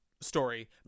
story